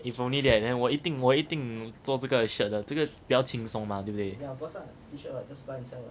if only that then 我一定我一定做这个 shirt 的这个比较轻松嘛对不对